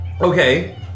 Okay